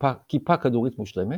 כיפה כדורית מושלמת,